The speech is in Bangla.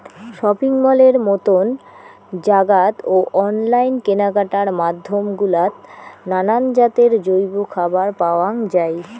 শপিং মলের মতন জাগাত ও অনলাইন কেনাকাটার মাধ্যম গুলাত নানান জাতের জৈব খাবার পাওয়াং যাই